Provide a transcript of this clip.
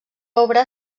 obra